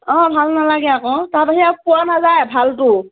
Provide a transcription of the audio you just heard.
অ ভাল নালাগে আকৌ তাৰ বাহিৰে আৰু পোৱা নাযায় ভালটো